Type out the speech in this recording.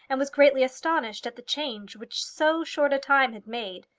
and was greatly astonished at the change which so short a time had made.